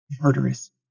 Murderous